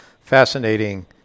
fascinating